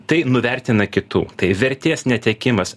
tai nuvertina kitų tai vertės netekimas